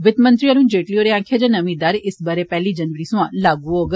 वित्त मंत्री अरूण जेटली हारें आकखेआ जे नमीं दर इस ब'रे पैहली जनवरी थमां लागू होग